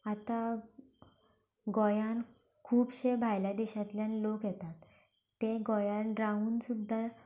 आतां गोंयांत खुबशे भायल्या देशांतल्यान लोक येतात ते गोंयांत रावून सुद्दां